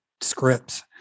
scripts